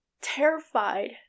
terrified